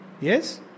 Yes